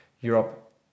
Europe